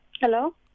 Hello